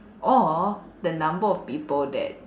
or the number of people that